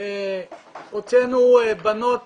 הוצאנו בנות